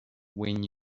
when